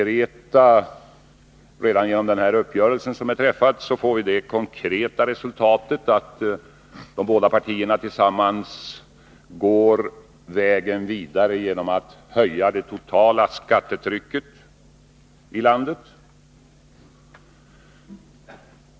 Redan den uppgörelse som nu är träffad får det konkreta resultatet att de båda partierna tillsammans går vidare på vägen att höja det totala skattetrycket i landet.